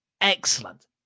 excellent